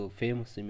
famous